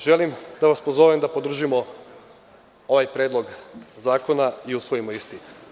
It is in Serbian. Želim da vas pozovem da podržimo ovaj predlog zakona i usvojimo isti.